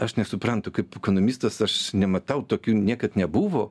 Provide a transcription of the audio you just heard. aš nesuprantu kaip ekonomistas aš nematau tokių niekad nebuvo